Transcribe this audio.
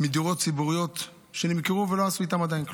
מדירות ציבוריות שנמכרו, ולא עשו איתם עדיין כלום.